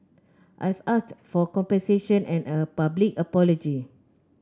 I've asked for compensation and a public apology